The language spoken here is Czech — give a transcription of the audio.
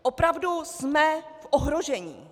Opravdu jsme v ohrožení.